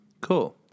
Cool